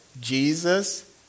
Jesus